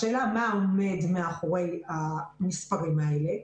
השאלה מה עומד מאחורי המספרים האלה.